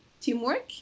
teamwork